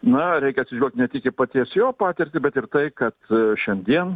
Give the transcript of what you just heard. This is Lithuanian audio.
na reikia atsižvelgt net iki paties jo patirtį bet ir tai kad šiandien